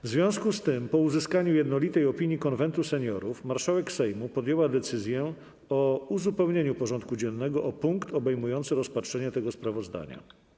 W związku z tym, po uzyskaniu jednolitej opinii Konwentu Seniorów, marszałek Sejmu podjęła decyzję o uzupełnieniu porządku dziennego o punkt obejmujący rozpatrzenie tego sprawozdania.